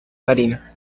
marina